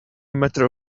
matter